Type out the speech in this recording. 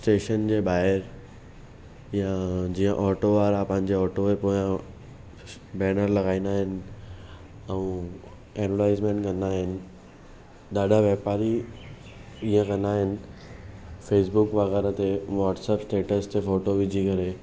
station जे ॿाहिरी या जीअं ऑटो वारा पंहिंजे ऑटो जे पोयों बैनर लॻाईंदा आहिनि ऐं एडवर्टाइज़मेंट कंदा आहिनि ॾाढा व्यापारी ईअं कंदा आहिनि फेसबुक वग़ैरह ते व्हाटसप स्टेटस ते फोटो विझी करे